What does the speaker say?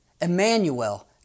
Emmanuel